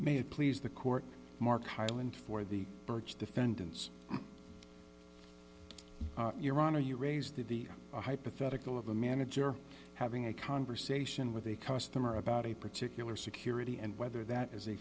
may it please the court mark highland for the birch defendants your honor you raise the hypothetical of a manager having a conversation with a customer about a particular security and whether that is